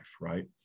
right